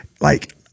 like-